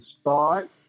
start